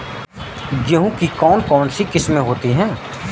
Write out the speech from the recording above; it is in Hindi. गेहूँ की कौन कौनसी किस्में होती है?